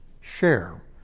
share